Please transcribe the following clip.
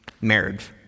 Marriage